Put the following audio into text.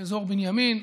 באזור בנימין,